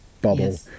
bubble